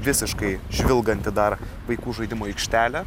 visiškai žvilganti dar vaikų žaidimo aikštelė